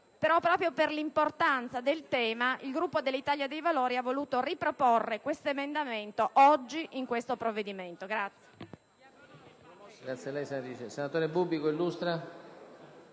Però proprio per l'importanza del tema, il Gruppo dell'Italia dei Valori ha voluto riproporre tale proposta oggi in questo provvedimento.